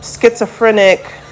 schizophrenic